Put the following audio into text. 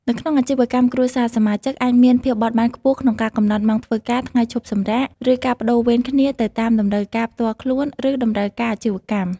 នៅក្នុងអាជីវកម្មគ្រួសារ សមាជិកអាចមានភាពបត់បែនខ្ពស់ក្នុងការកំណត់ម៉ោងធ្វើការ ថ្ងៃឈប់សម្រាក ឬការប្តូរវេនគ្នាទៅតាមតម្រូវការផ្ទាល់ខ្លួន ឬតម្រូវការអាជីវកម្ម។